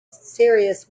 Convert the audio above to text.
serious